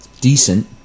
Decent